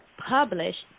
published